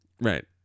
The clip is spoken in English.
Right